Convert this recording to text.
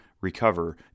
recover